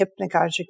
hypnagogic